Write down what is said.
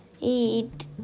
eat